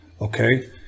okay